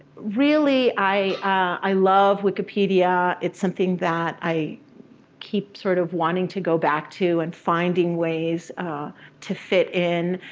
really, i love wikipedia. it's something that i keep sort of wanting to go back to and finding ways to fit in.